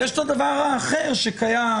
ויש הדבר האחר שקיים,